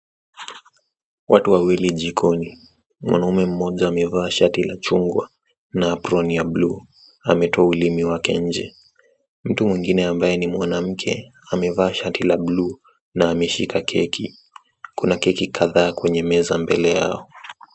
Watu wawili jikoni mwanaume mmoja amevaa shati la chungwa na aproni ya bluu ametoa ulimi wake nje. Mtu mwingine ambaye ni mwanamke amevaa shati la bluu na ameshika keki na kuna keki kadhaa mbele yao.